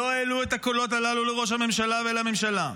לא העלו את הקולות הללו לראש הממשלה ולממשלה.